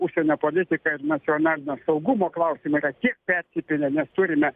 užsienio politika ir nacionalinio saugumo klausimai yra tiek persipynę nes turime